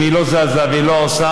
אם היא לא זזה והיא לא עושה,